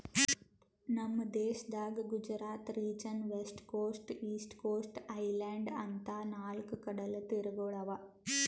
ನಮ್ ದೇಶದಾಗ್ Gujarat region, west coast, east coast, island ಅಂತಾ ನಾಲ್ಕ್ ಕಡಲತೀರಗೊಳ್ ಅವಾ